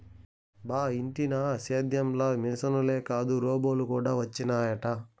బా ఇంటినా సేద్యం ల మిశనులే కాదు రోబోలు కూడా వచ్చినయట